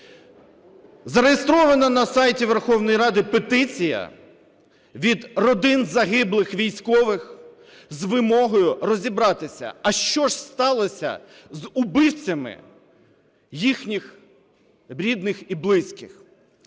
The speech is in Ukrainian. Зареєстрована на сайті Верховної Ради петиція від родин загиблих військових з вимогою розібратися, а що ж сталося з вбивцями їхніх рідних і близьких,